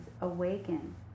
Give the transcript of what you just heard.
awaken